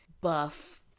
buff